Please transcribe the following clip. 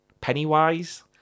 Pennywise